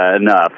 Enough